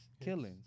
killings